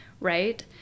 Right